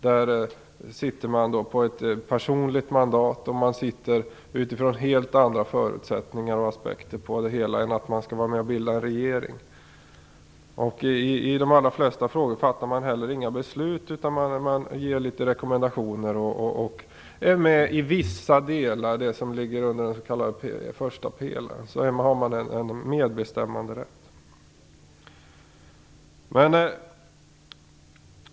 Där sitter man på ett personligt mandat utifrån helt andra förutsättningar och aspekter. Det handlar inte om att man skall vara med och bilda en regering. I de allra flesta frågor fattas det heller inga beslut. Man ger rekommendationer, och man har medbestämmanderätt i fråga om det som ligger under den s.k. första pelaren.